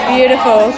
Beautiful